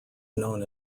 known